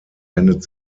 wendet